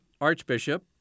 archbishop